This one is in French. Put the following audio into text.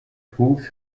trouvent